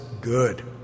good